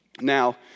Now